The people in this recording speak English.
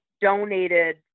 donated